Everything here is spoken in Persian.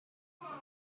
اون